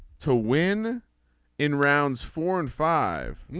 to win in rounds four and five.